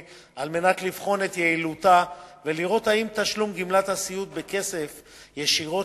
על מנת לבחון את יעילותה ולראות אם תשלום גמלת הסיעוד בכסף ישירות